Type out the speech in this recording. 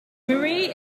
marie